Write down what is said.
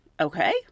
Okay